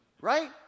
right